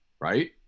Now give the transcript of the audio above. right